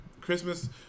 Christmas